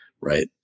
right